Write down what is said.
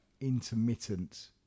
intermittent